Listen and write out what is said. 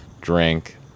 drink